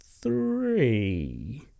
three